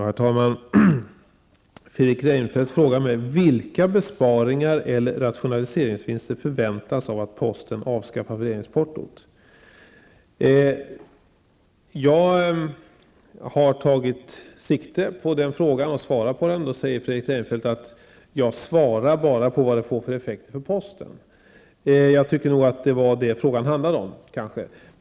Herr talman! Fredrik Reinfeldt frågar mig vilka besparingar eller rationaliseringvinster som förväntas av att posten avskaffar föreningsportot. Jag har tagit sikte på och svarat på den frågan. Då säger Fredrik Reinfeldt att jag svarar endast på vad det får för effekter för posten. Jag tycker nog att det var det frågan handlade om.